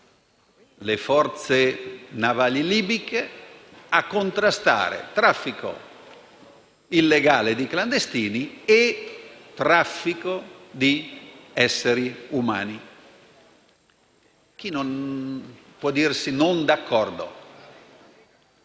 le forze navali libiche a contrastare il traffico illegale di clandestini e traffico di esseri umani. Chi può dirsi non d'accordo?